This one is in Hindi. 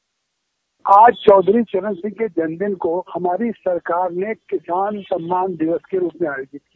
बाइट आज चौधरी चरण सिंह जी के जन्मदिन को हमारी सरकार के किसान सम्मान दिवस के रूप में आयोजित किया